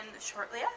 shortly